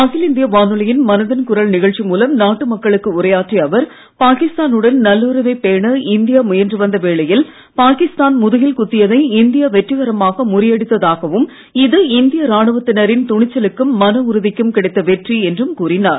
அகில இந்திய வானொலியின் மனதின் குரல் நிகழ்ச்சி மூலம் நாட்டு மக்களுக்கு உரையாற்றிய அவர் பாகிஸ்தானுடன் நல்லுறவைப் பேண இந்தியா முயன்று வந்த வேளையில் பாகிஸ்தான் முதுகில் குத்தியதை வெற்றிகரமாக முறியடித்ததாகவும் இந்திய இந்தியா இது ராணுவத்தினரின் துணிச்சலுக்கும் மன உறுதிக்கும் கிடைத்த வெற்றி என்றும் கூறினார்